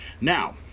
Now